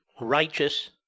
righteous